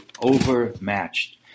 overmatched